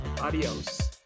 Adios